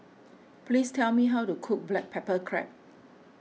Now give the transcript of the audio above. please tell me how to cook Black Pepper Crab